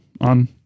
on